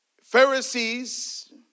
Pharisees